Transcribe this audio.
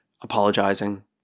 apologizing